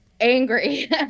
angry